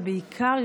ובעיקר,